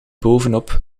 bovenop